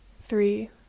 Three